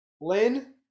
Lynn